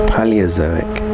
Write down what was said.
Paleozoic